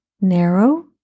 narrow